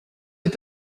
est